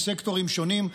מסקטורים שונים.